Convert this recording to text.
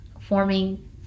forming